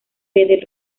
del